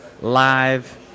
live